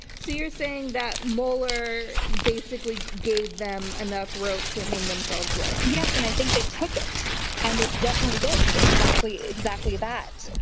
so, you're saying that mueller basically gave them enough rope to hang themselves with? yes, and i think they took it and they definitely did exactly exactly that.